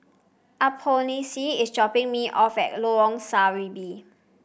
Alphonse is dropping me off at Lorong Serambi